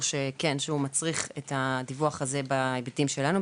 שמצריך את הדיווח הזה בהיבטים שלנו,